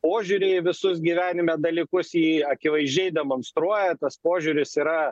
požiūrį į visus gyvenimo dalykus į akivaizdžiai demonstruoja tas požiūris yra